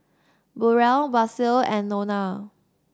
Burrel Basil and Nona